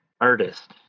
artist